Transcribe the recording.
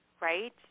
right